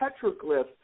Petroglyph